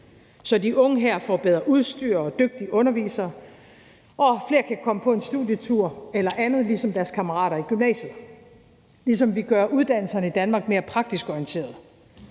så de unge her får bedre udstyr og dygtige undervisere og flere kan komme på en studietur eller andet ligesom deres kammerater i gymnasiet, ligesom vi også gør uddannelserne i Danmark mere praktisk orienterede.